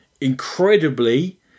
incredibly